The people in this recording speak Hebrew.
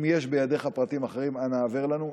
אם יש בידיך פרטים אחרים, אנא העבר לנו.